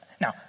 Now